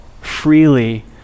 freely